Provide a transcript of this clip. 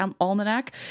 almanac